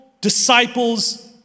disciples